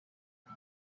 you